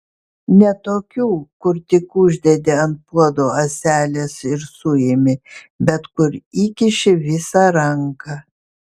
ne tokių kur tik uždedi ant puodo ąselės ir suimi bet kur įkiši visą ranką